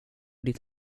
ditt